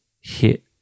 hit